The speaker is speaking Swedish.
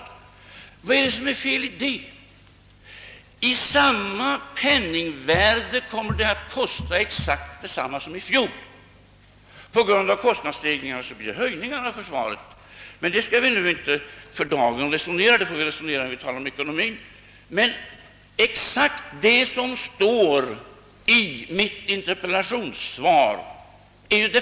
Vad är det som är fel i detta resonemang? Med samma penningvärde kommer försvaret att kosta exakt lika mycket som i fjol. På grund av kostnadsstegringar höjs försvarsutgifterna men det skall vi inte resonera om för dagen utan när det blir fråga om ekonomin. Det faktiska förhållandet är ju exakt det som står i mitt interpellationssvar.